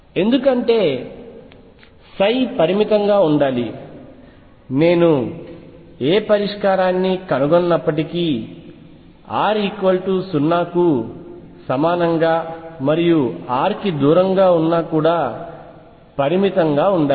ఎందుకంటే పరిమితంగా ఉండాలి నేను ఏ పరిష్కారాన్ని కనుగొన్నప్పటికీ R 0 కు సమానంగా మరియు r కి దూరంగాఉన్నా కూడా పరిమితంగా ఉండాలి